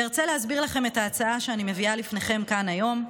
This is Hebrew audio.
ארצה להסביר לכם את ההצעה שאני מביאה לפניכם כאן היום.